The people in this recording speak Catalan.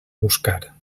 buscar